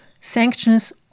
Sanctions